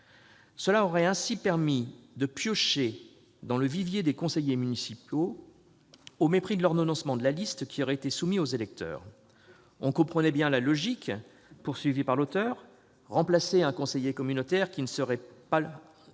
mesure aurait ainsi permis de piocher dans le vivier des conseillers municipaux, au mépris de l'ordonnancement de la liste qui aura été soumis aux électeurs. On comprenait bien la logique poursuivie par l'auteur : remplacer un conseiller communautaire qui ne serait plus